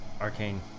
Arcane